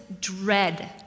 dread